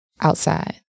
outside